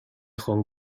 hong